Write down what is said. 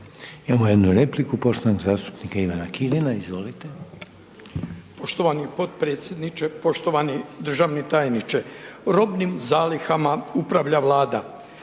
Imamo jednu repliku poštovanog zastupnika Ivana Kirina, izvolite.